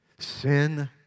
Sin